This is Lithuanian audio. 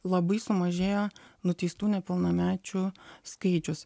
labai sumažėjo nuteistų nepilnamečių skaičius